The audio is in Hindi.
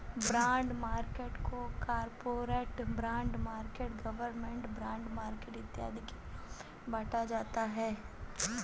बॉन्ड मार्केट को corporate bond market government bond market इत्यादि के रूप में बांटा जाता है